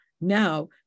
now